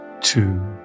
Two